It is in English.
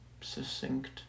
succinct